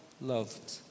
Loved